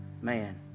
man